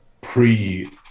pre-